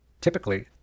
Typically